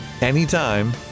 anytime